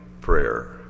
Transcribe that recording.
prayer